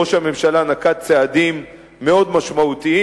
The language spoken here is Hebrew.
ראש הממשלה נקט צעדים מאוד משמעותיים.